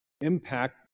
impact